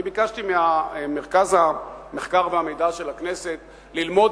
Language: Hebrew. אני ביקשתי ממרכז המחקר והמידע של הכנסת ללמוד